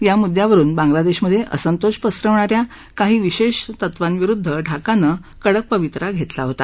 या मुद्यावरुन बांगलादेशमधे असंतोष पसरवणा या काही विशेष तत्वांविरुद्ध ढाकानं कडक पवित्रा घेतला होता